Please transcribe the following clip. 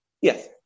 Yes